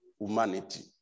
humanity